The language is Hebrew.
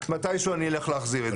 מתישהו אני אלך להחזיר את זה.